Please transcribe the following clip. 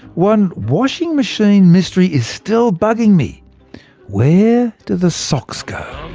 one washing machine mystery is still bugging me where do the socks go?